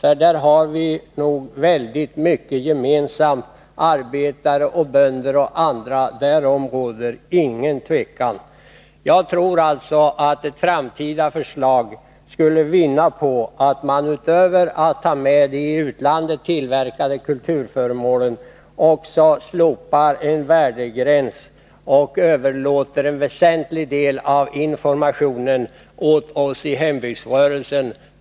Här har vi väldigt mycket gemensamt, arbetare och bönder och andra — därom råder inget tvivel. Jag tror alltså att ett framtida förslag skulle vinna på att man, utöver att ta med de i utlandet tillverkade kulturföremålen, också slopade värdegränsen och överlät en väsentlig del av informationen åt oss i hembygdsrörelsen.